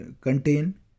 contain